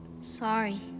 Sorry